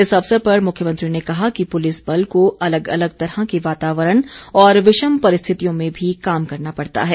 इस अवसर पर मुख्यमंत्री ने कहा कि पुलिस बल को अलग अलग तरह के वातावरण और विषम परिस्थितियों में भी काम करना पड़ता है